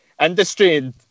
Industry